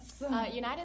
United